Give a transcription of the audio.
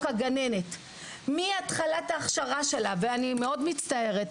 הגננת מהתחלת ההכשרה שלה ואני מצטערת מאוד,